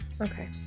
Okay